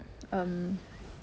um